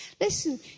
Listen